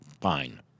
fine